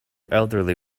elderly